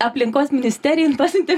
aplinkos ministerija jum pasiuntė